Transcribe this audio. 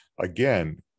again